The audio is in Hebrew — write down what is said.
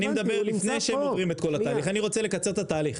אני רוצה לקצר את התהליך.